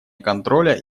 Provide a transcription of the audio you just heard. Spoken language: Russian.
контроля